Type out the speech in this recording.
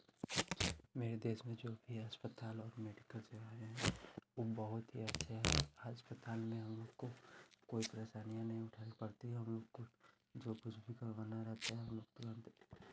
मेरे देश में जो भी अस्पताल और मेडिकल सेवाएं है वो बहुत ही अच्छे है अस्पताल में हम लोग को कोई परेशानियाँ नहीं उठानी पड़ती है हम लोग को जो कुछ भी करवाना रहता है हम लोग तुरंत